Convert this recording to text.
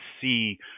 see